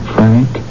Frank